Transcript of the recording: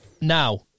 Now